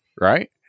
right